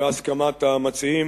בהסכמת המציעים,